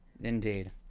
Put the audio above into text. Indeed